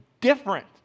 different